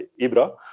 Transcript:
Ibra